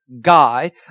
guy